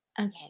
Okay